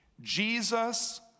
Jesus